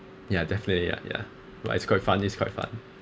ya definitely ya ya but it's quite fun it's quite fun